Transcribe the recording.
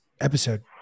episode